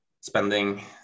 spending